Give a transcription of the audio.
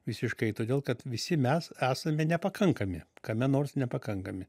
visiškai todėl kad visi mes esame nepakankami kame nors nepakankami